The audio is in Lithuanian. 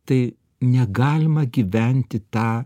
tai negalima gyventi tą